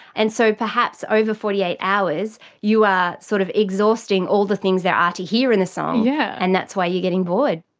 and so perhaps over forty eight hours you are sort of exhausting all the things there are to hear in the song yeah and that's why you are getting bored.